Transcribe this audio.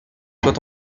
soit